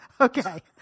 okay